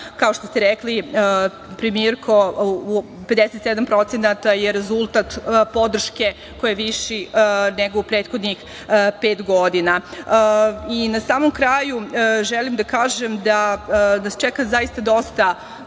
Kao što ste rekli, premijerko, 57% je rezultat podrške koji je viši nego u prethodnih peto godina. Na samom kraju želim da kažem da nas čeka zaista dosta